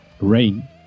rain